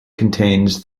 contains